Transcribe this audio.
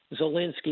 Zelensky